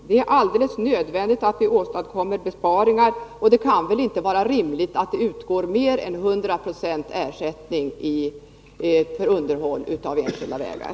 Det är alldeles nödvändigt att åstadkomma besparingar, och det kan inte vara rimligt att det kan utgå en hundraprocentig ersättning för underhåll av enskilda vägar!